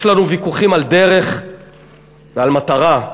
יש לנו ויכוחים על דרך ועל מטרה.